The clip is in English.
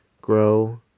grow